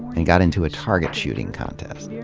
and got into a target shooting contest.